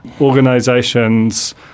organisations